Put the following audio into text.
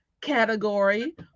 category